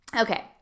Okay